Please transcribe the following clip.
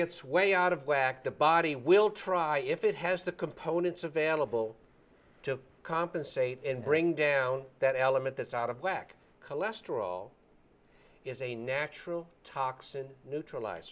gets way out of whack the body will try if it has the components available to compensate and bring down that element that's out of whack cholesterol is a natural toxin neutralize